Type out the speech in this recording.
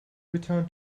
return